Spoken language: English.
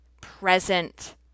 present